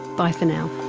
bye for now